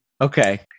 Okay